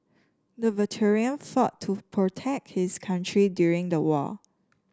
the veteran fought to protect his country during the war